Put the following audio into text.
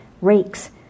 rakes